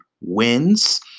wins